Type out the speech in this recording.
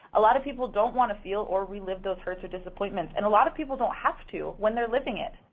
a lot of people don't wanna feel or relive those hurts or disappointments, and a lot of people don't have to when they're living it.